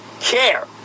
care